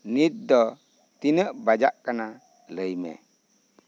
ᱱᱤᱛ ᱫᱚ ᱛᱤᱱᱟᱹᱜ ᱵᱟᱡᱟᱜ ᱠᱟᱱᱟ ᱞᱟᱹᱭᱢᱮ